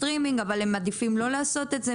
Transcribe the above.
סטרימינג אבל הם מעדיפים לא לעשות את זה,